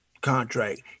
contract